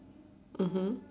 mmhmm